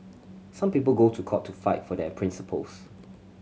some people go to court to fight for their principles